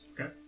Okay